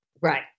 Right